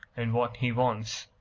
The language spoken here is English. and what he wants.